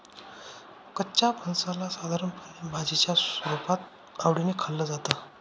कच्च्या फणसाला साधारणपणे भाजीच्या रुपात आवडीने खाल्लं जातं